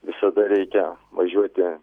visada reikia važiuoti